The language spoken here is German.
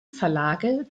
verlage